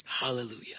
Hallelujah